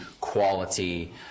quality